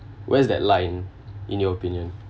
where's that line in your opinion